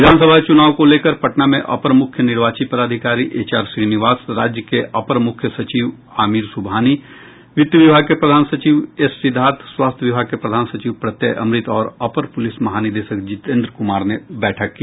विधानसभा चुनाव को लेकर पटना में अपर मुख्य निर्वाचन पदाधिकारी एच आर श्रीनिवास राज्य के अपर मुख्य सचिव आमिर सुबहानी वित्त वभिाग के प्रधान सचिव एस सिद्दार्थ स्वास्थ्य विभाग के प्रधान सचिव प्रत्यय अमृत और अपर पुलिस महानिदेशक जीतेंद्र कुमार ने बैठक की